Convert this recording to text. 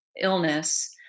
illness